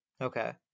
Okay